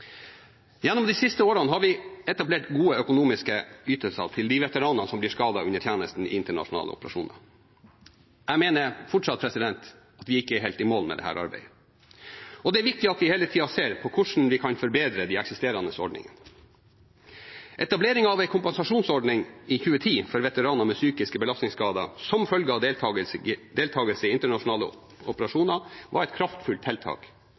tjenesten i internasjonale operasjoner. Jeg mener fortsatt at vi ikke er helt i mål med dette arbeidet. Det er viktig at vi hele tida ser på hvordan vi kan forbedre de eksisterende ordningene. Etableringen av en kompensasjonsordning i 2010 for veteraner med psykiske belastningsskader som følge av deltakelse i internasjonale operasjoner var et kraftfullt tiltak